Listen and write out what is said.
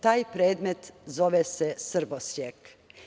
Taj predmet zove se srbosjek.